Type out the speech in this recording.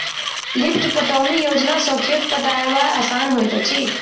lift पटौनी योजना सॅ खेत पटायब आसान होइत अछि